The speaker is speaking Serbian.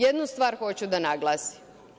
Jednu stvar hoću da naglasim.